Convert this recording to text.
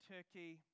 Turkey